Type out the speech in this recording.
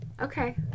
Okay